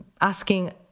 asking